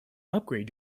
upgrade